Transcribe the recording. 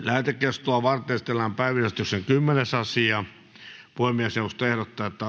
lähetekeskustelua varten esitellään päiväjärjestyksen yhdestoista asia puhemiesneuvosto ehdottaa että